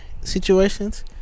Situations